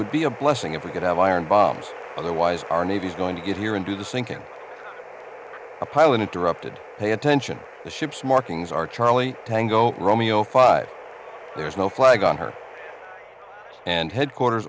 would be a blessing if we could have iron bars otherwise our navy is going to get here into the sink in a pile and interrupted pay attention the ship's markings are charlie tango romeo five there's no flag on her and headquarters